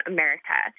America